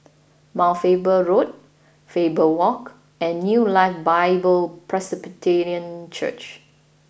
Mount Faber Road Faber Walk and New Life Bible Presbyterian Church